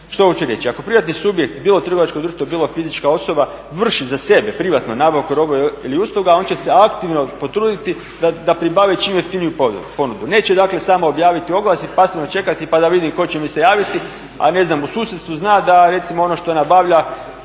Što hoću reći? Ako privatni subjekt bilo trgovačko društvo, bilo fizička osoba vrši za sebe privatnu nabavku robe ili usluga on će se aktivno potruditi da pribavi čim jeftiniju ponudu. Neće dakle samo objaviti oglas i pasivno čekati pa da vidim tko će mi se javiti a ne znam u susjedstvu zna da recimo ono što nabavlja